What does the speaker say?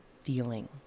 feeling